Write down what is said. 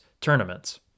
tournaments